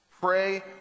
pray